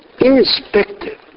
irrespective